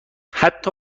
حتی